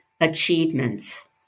achievements